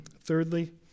Thirdly